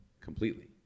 completely